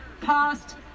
past